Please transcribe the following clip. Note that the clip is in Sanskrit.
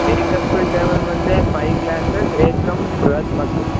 एकस्मिन् टेबल्मध्ये फ़ै ग्लासस् एकं बृहद् मग्